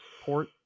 port